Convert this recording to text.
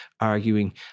arguing